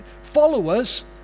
followers